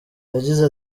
yagize